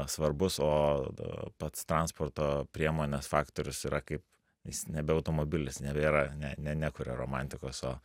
svarbus o pats transporto priemonės faktorius yra kaip jis nebe automobilis nebėra ne ne nekuria romantikos o